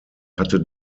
hatte